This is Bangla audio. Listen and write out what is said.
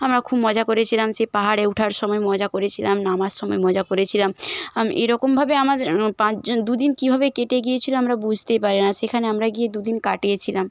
আমরা খুব মজা করেছিলাম সেই পাহাড়ে উঠার সময় মজা করেছিলাম নামার সময় মজা করেছিলাম এইরকমভাবে আমাদের পাঁচজন দুদিন কীভাবে কেটে গিয়েছিলো আমরা বুঝতেই পারি না সেখানে আমরা গিয়ে দুদিন কাটিয়েছিলাম